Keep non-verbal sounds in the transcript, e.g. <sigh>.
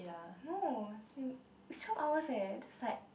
no <noise> twelve hour eh that's like